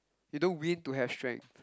you don't win to have strength